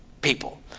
people